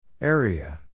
Area